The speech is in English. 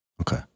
Okay